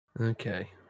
Okay